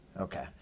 Okay